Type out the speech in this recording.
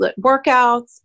workouts